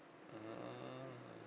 mm